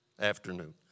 afternoon